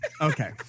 Okay